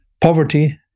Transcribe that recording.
poverty